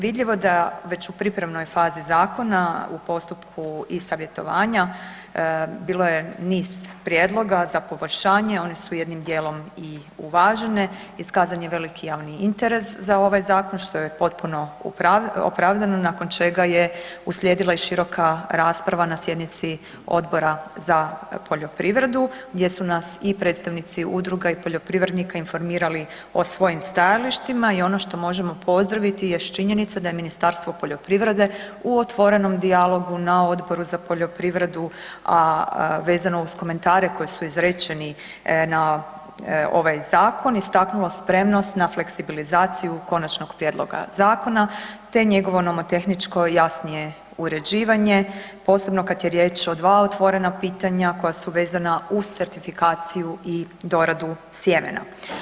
Vidljivo je da već u pripremnoj fazi zakona, u postupku e-savjetovanja, bilo je niz prijedloga za poboljšanje, oni su jednim djelom i uvažene, iskazan je veliki javni interes za ovaj zakon, što je potpuno opravdano, nakon čega je uslijedila i široka rasprava na sjednici Odbora za poljoprivredu gdje su nas i predstavnici udruga i poljoprivrednika informirali o svojim stajalištima i ono što možemo pozdraviti jest činjenica da je Ministarstvo poljoprivrede u otvorenom dijalogu na Odboru za poljoprivredu a vezano uz komentare koji su izrečeni na ovaj zakon, istaknulo spremnost na fleksibilizaciju konačnog prijedloga zakona te njegovo nomotehničko i jasnije uređivanje, posebno kad je riječ o dva otvorena pitanja koja su vezana uz certifikaciju i doradu sjemena.